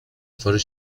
tworzy